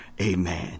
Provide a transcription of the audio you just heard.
Amen